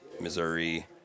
Missouri